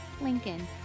Lincoln